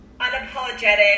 unapologetic